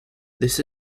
this